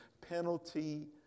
penalty